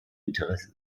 interesse